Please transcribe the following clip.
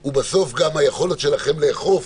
הוא בסוף גם היכולת שלכם לאכוף,